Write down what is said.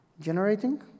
generating